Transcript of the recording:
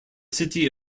city